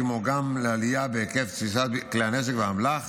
כמו גם לעלייה בהיקף תפיסת כלי נשק ואמל"ח